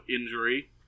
injury